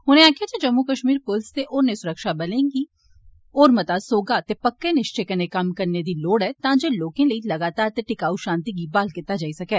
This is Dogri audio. उनें आक्खेआ जे जम्मू कश्मीर पुलस ते होरने सुरक्षा बलें गी होर मता सौहगा ते पक्के निशवेय कन्नै कम्म करने दी लोड़ ऐ तां जे लोकें लेई लगातार ते टिकाऊ शांति गी ब्हाल कीता जाई सकै